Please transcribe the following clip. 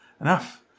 Enough